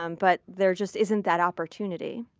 um but there just isn't that opportunity.